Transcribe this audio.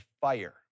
fire